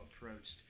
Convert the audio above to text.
approached